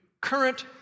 current